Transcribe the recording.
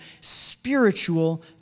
spiritual